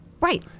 right